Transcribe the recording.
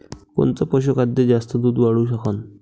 कोनचं पशुखाद्य जास्त दुध वाढवू शकन?